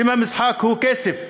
שם המשחק הוא כסף,